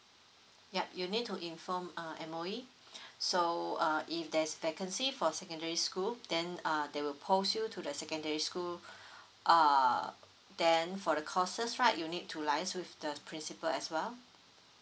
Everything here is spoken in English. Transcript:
yup you need to inform uh M_O_E so uh if there's vacancy for secondary school then uh they will post you to the secondary school uh then for the courses right you need to liaises with the principle as well